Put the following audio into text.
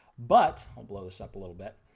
but, i will blow this up a little bit.